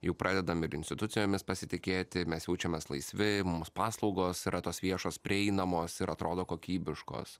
jau pradedam ir institucijomis pasitikėti mes jaučiamės laisvi mums paslaugos yra tos viešos prieinamos ir atrodo kokybiškos